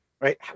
right